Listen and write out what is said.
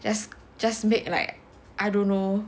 just just make like I don't know